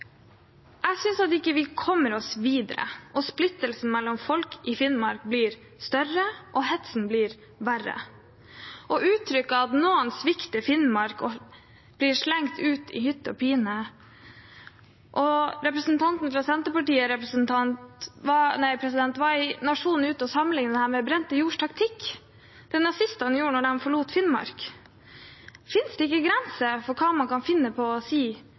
Jeg synes ikke vi kommer oss videre. Splittelsen mellom folk i Finnmark blir større, og hetsen blir verre. Uttrykket at noen svikter Finnmark, blir slengt ut i hytt og vær. Representanten Geir Adelsten Iversen fra Senterpartiet var i Nationen ute og sammenlignet dette med den brente jords taktikk, det nazistene gjorde da de forlot Finnmark. Finnes det ikke grenser for hva man kan finne på å si